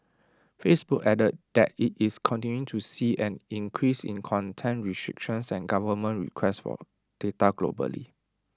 Facebook added that IT is continuing to see an increase in content restrictions and government requests for data globally